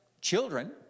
children